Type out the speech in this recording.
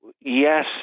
yes